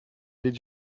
did